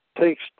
takes